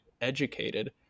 educated